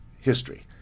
history